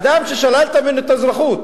אדם ששללת ממנו את האזרחות,